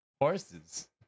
horses